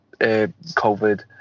COVID